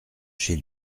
chez